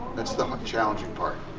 that's the ah challenging part.